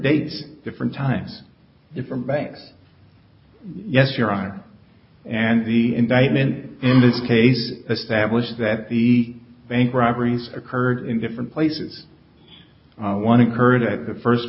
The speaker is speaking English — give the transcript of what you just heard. dates different times different banks yes your honor and the indictment in this case the stablish that the bank robberies occurred in different places one occurred at the first